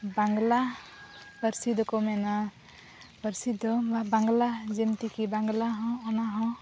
ᱵᱟᱝᱞᱟ ᱯᱟᱹᱨᱥᱤ ᱫᱚᱠᱚ ᱢᱮᱱᱟ ᱯᱟᱹᱨᱥᱤᱫᱚ ᱵᱟᱝᱞᱟ ᱡᱮᱢᱛᱤ ᱠᱤ ᱵᱟᱝᱟᱦᱚᱸ ᱚᱱᱟᱦᱚᱸ